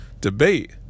debate